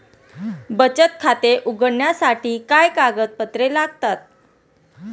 बचत खाते उघडण्यासाठी काय कागदपत्रे लागतात?